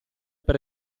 per